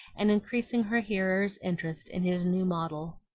and increasing her hearer's interest in his new model.